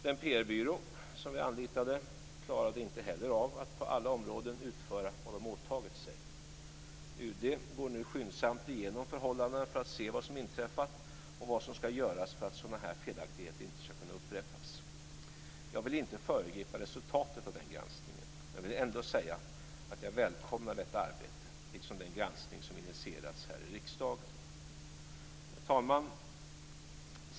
Den PR-byrå som vi anlitade klarade inte heller av att på alla områden utföra vad man åtagit sig. UD går nu skyndsamt igenom förhållandena för att se vad som inträffat och vad som ska göras för att sådana felaktigheter inte ska upprepas. Jag vill inte föregripa resultatet av den granskningen, men jag vill ändå säga att jag välkomnar det arbetet liksom den granskning som har initierats här i riksdagen. Herr talman!